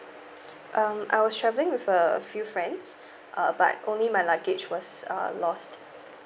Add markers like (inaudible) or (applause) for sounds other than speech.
um I was travelling with uh a few friends (breath) uh but only my luggage was uh lost